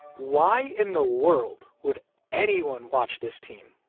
why in the world would anyone watch this team?